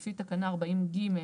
לפי תקנה 40(ג)